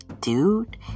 dude